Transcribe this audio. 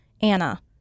Anna